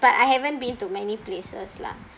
but I haven't been to many places lah